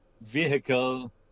vehicle